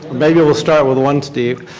maybe we'll start with one steve.